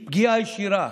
זו פגיעה ישירה.